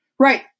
Right